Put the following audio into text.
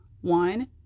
one